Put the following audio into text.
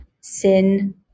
sin